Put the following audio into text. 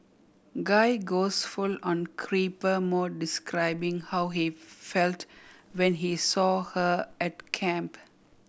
guy goes full on creeper mode describing how he felt when he saw her at camp